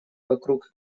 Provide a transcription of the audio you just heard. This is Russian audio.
вокруг